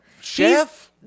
Chef